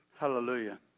Hallelujah